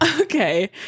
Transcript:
Okay